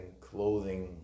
clothing